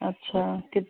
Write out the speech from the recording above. अच्छा कित